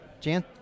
Jan